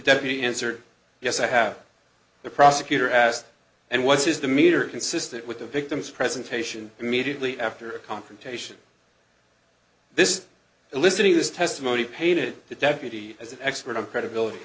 deputy answered yes i have the prosecutor asked and was is the meter consistent with the victim's presentation immediately after confrontation this eliciting this testimony painted the deputy as an expert of credibility